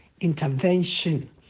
intervention